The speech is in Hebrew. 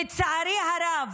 לצערי הרב,